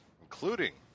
Including